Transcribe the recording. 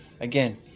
Again